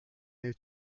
est